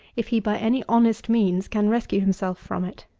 if he, by any honest means, can rescue himself from it.